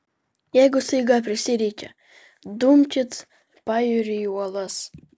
jeigu staiga prisireikia dumkit pajūriu į uolas